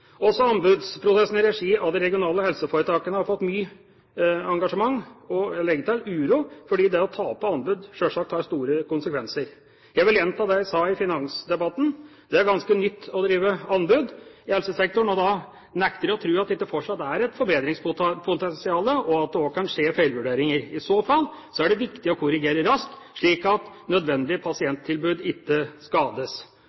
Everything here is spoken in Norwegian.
Også anbudsprosessene i regi av de regionale helseforetakene har skapt mye engasjement og, vil jeg legge til, uro, fordi det å tape anbud sjølsagt har store konsekvenser. Jeg vil gjenta det jeg sa i finansdebatten: Det er ganske nytt å drive anbud i helsesektoren, og da nekter jeg å tro at det ikke fortsatt er et forbedringspotensial, og at det også kan skje feilvurderinger. I så fall er det viktig å korrigere raskt, slik at nødvendige